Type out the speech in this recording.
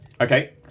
Okay